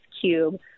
Cube